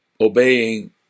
Obeying